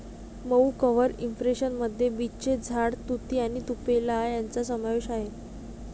मऊ cover impression मध्ये बीचचे झाड, तुती आणि तुपेलो यांचा समावेश आहे